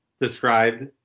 described